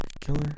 killer